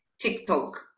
TikTok